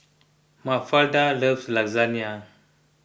Mafalda loves Lasagna